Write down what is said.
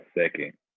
second